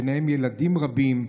וביניהם ילדים רבים,